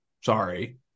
Sorry